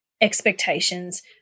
expectations